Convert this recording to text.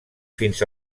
fins